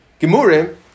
Gemurim